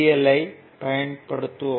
L ஐ பயன்படுத்துவோம்